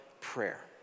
prayer